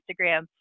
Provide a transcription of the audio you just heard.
instagram